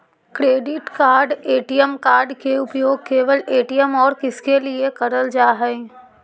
Credit card ATM card के उपयोग केवल ए.टी.एम और किसके के लिए करल जा है?